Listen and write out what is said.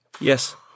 Yes